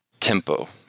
tempo